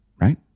right